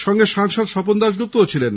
সঙ্গে সাংসদ স্বপন দাশগুপ্ত ছিলেন